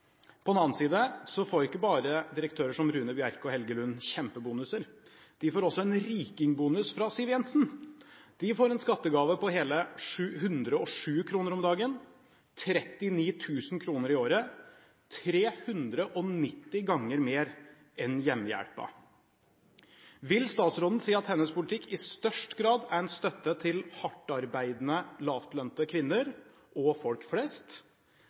På den annen side får ikke direktører som Rune Bjerke og Helge Lund bare kjempebonuser – de får også en «rikingbonus» fra Siv Jensen. De får en skattegave på hele 107 kr om dagen, 39 000 kr i året – 390 ganger mer enn hjemmehjelpen. Vil statsråden si at hennes politikk mest er en støtte til hardtarbeidende, lavtlønnede kvinner og folk flest,